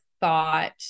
thought